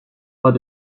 pas